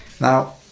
Now